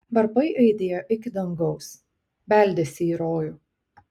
varpai aidėjo iki dangaus beldėsi į rojų